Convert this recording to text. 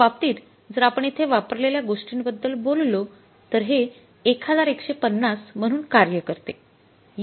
या बाबतीत जर आपण येथे वापरलेल्या गोष्टींबद्दल बोललो तर हे ११५० म्हणून काम करते